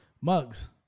Mugs